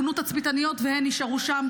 פונו תצפיתניות, והן נשארו שם.